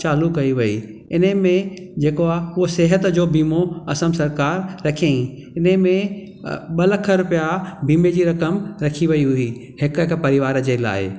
चालू कई वई हुई इने में जेको आहे उहो सिहत जो बीमो असम सरकार रखियईं इन में ॿ लख रुपया बीमे जी रक़म रखी वई हुई हिक हिक परिवार जे लाइ